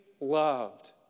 loved